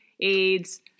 AIDS